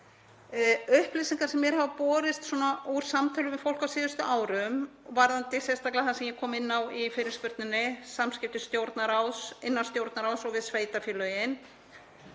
upplýsingar sem mér hafa borist úr samtölum við fólk á síðustu árum varðandi sérstaklega það sem ég kom inn á í fyrirspurninni, samskipti innan Stjórnarráðs og við sveitarfélögin,